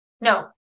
no